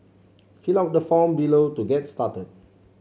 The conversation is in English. fill out the form below to get started